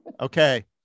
okay